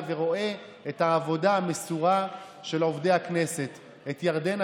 ורואה את העבודה המסורה של עובדי הכנסת: את ירדנה,